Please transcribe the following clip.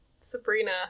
Sabrina